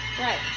Right